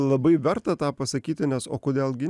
labai verta tą pasakyti nes o kodėl gi